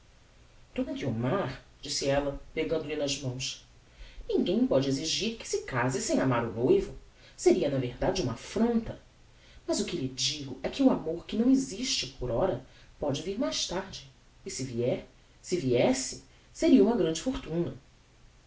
guiomar disse ella pegando-lhe nas mãos ninguem póde exigir que se case sem amar o noivo seria na verdade uma affronta mas o que lhe digo é que o amor que não existe por ora póde vir mais tarde e se vier e se viesse seria uma grande fortuna